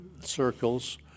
circles